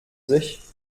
sich